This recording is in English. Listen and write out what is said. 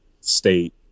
state